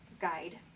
guide